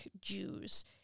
Jews